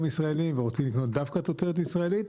ישראלים ורוצים לקנות דווקא תוצרת ישראלית,